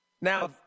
Now